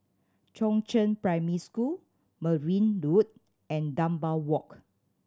Chongzheng Primary School Merryn Road and Dunbar Walk